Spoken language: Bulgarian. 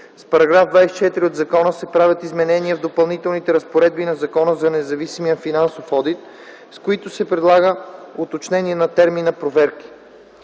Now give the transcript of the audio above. С § 24 от законопроекта се правят изменения в Допълнителните разпоредби на Закона за независимия финансов одит, с които се предлага уточнение на термина „проверки”